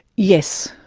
yes.